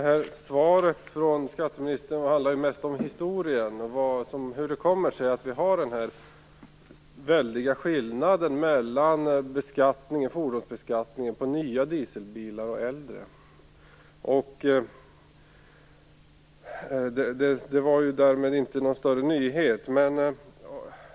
Herr talman! Skatteministerns svar handlar mest om historien, hur det kommer sig att vi har den här väldiga skillnaden mellan fordonsbeskattningen på nya dieselbilar och äldre. Det var därmed inte någon större nyhet.